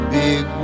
big